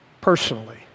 personally